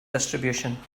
distribution